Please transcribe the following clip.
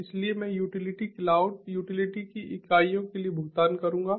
इसलिए मैं utility cloud utility की इकाइयों के लिए भुगतान करूंगा